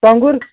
ٹۄنٛگُر